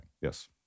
Yes